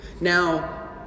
Now